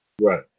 Right